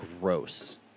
gross